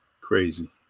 Crazy